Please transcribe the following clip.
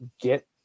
get